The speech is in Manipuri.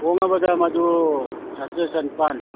ꯍꯣꯡꯉꯕꯗ ꯃꯗꯨ ꯆꯥꯇ꯭ꯔꯦꯠ ꯆꯅꯤꯄꯥꯟ